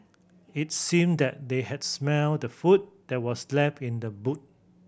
it seemed that they had smelt the food that was left in the boot